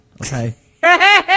okay